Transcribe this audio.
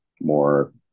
more